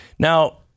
Now